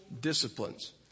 disciplines